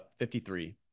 53